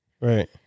Right